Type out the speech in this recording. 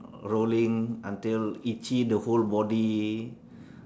rolling until itchy the whole body